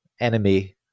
enemy